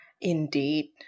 indeed